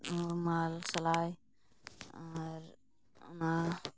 ᱩᱨᱢᱟᱞ ᱥᱮᱞᱟᱹᱭ ᱟᱨ ᱚᱱᱟ